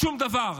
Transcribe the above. שום דבר.